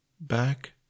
back